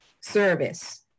service